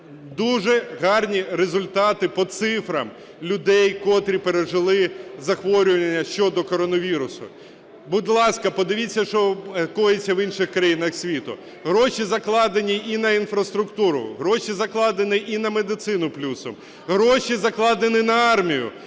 дуже гарні результати по цифрах людей, котрі пережили захворювання щодо коронавірусу. Будь ласка, подивіться, що коїться в інших країнах світу. Гроші, закладені і на інфраструктуру, гроші закладені і на медицину плюсом, гроші закладені на армію.